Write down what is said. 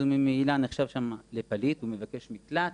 אז הוא ממילא נחשב שם לפליט, הוא מבקש מקלט,